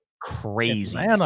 crazy